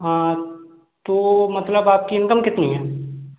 हाँ तो मतलब आपकी इनकम कितनी है